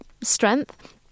strength